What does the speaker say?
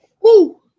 Woo